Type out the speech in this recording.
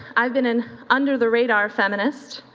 i've been an under the radar feminist.